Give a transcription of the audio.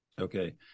okay